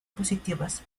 positivas